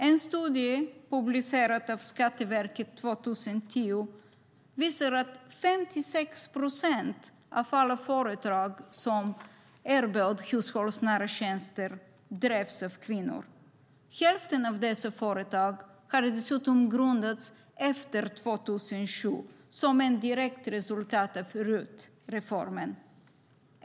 En studie, publicerad av Skatteverket 2010, visar att 56 procent av alla företag som erbjöd hushållsnära tjänster drevs av kvinnor. Hälften av dessa företag hade dessutom grundats efter 2007 som ett direkt resultat av RUT-reformen.